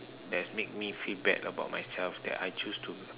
that's make me feel bad about myself that I choose to